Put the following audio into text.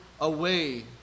away